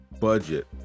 budget